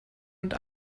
und